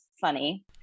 funny